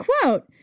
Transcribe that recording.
quote